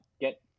Get